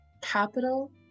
capital